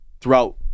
throughout